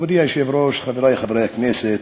מכובדי היושב-ראש, חברי חברי הכנסת,